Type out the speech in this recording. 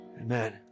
Amen